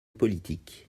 politique